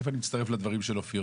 אלף אני מצטרף לדברים של אופיר.